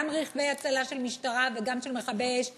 גם רכבי הצלה של משטרה וגם של מכבי אש,